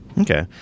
Okay